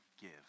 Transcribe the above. give